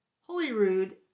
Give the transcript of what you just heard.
Holyrood